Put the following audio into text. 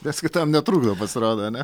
viens kitam netrukdo pasirodo ane